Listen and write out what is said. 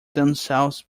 themselves